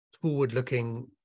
forward-looking